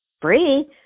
free